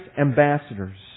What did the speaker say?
ambassadors